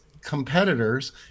competitors